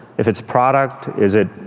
if it's product, is it,